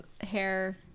hair